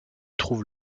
trouve